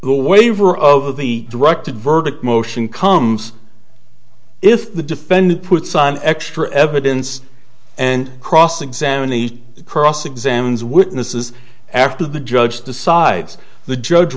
the waiver of the directed verdict motion comes if the defendant puts on extra evidence and cross examine the cross examines witnesses after the judge decides the judge